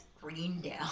Greendale